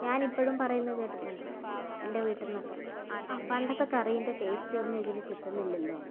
ഞാനിപ്പോഴും പറയുന്നത് കേട്ടിട്ടുണ്ട് എൻ്റെ വീട്ടിൽ നിന്നൊക്കെ ആ പണ്ടത്തെ കറീൻ്റെ ടേസ്റ്റൊന്നും ഇതിനു കിട്ടുന്നില്ലല്ലോയെന്ന്